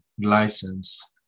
license